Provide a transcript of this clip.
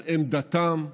על עמדתם,